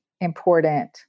important